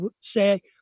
say